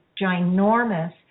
ginormous